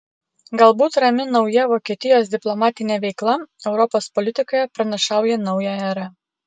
galbūt rami nauja vokietijos diplomatinė veikla europos politikoje pranašauja naują erą